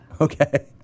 okay